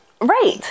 Right